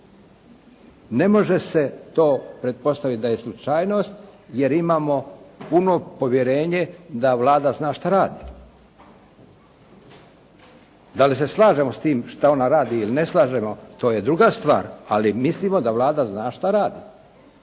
Ne može se to pretpostaviti da je slučajnost jer imamo puno povjerenje da Vlada zna šta radi. Da li se slažemo s tim šta ona radi ili ne slažemo to je druga stvar. Ali mislimo da Vlada zna šta radi.